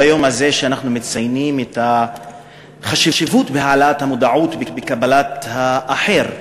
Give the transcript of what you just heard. ביום הזה שאנחנו מציינים את החשיבות של העלאת המודעות לקבלת האחר,